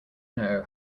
know